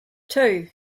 two